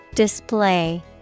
Display